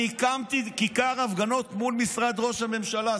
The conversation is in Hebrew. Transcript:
אני הקמתי כיכר הפגנות מול משרד ראש הממשלה,